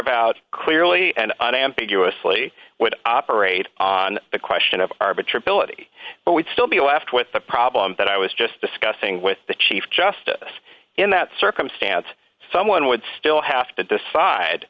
carve out clearly and unambiguously would operate on the question of arbitron filippi but we'd still be left with the problem that i was just discussing with the chief justice in that circumstance someone would still have to decide